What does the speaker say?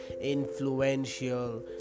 influential